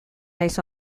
naiz